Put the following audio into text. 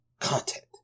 content